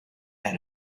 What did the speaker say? had